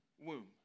womb